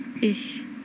ich